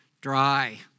dry